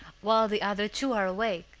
while the other two are awake.